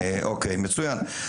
אוקיי, מצוין.